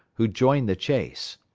who joined the chase.